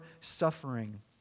suffering